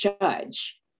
judge